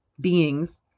beings